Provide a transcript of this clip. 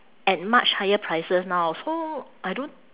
at much higher prices now so I don't